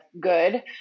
good